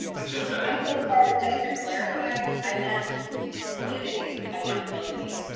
yeah and and ah just to clarify, i meant community accountability.